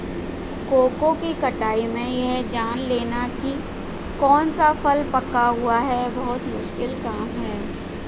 cocoa की कटाई में यह जान लेना की कौन सा फल पका हुआ है बहुत मुश्किल काम है